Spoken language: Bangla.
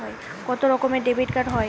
কত রকমের ডেবিটকার্ড হয়?